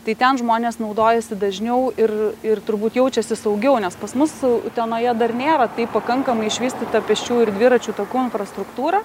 tai ten žmonės naudojasi dažniau ir ir turbūt jaučiasi saugiau nes pas mus utenoje dar nėra taip pakankamai išvystyta pėsčiųjų ir dviračių takų infrastruktūra